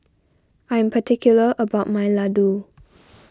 I'm particular about my Ladoo